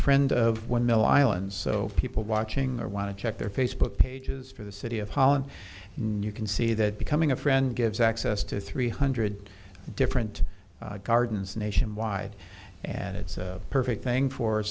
friends of one mil island so people watching there want to check their facebook pages for the city of holland and you can see that becoming a friend gives access to three hundred different gardens nationwide and it's a perfect thing for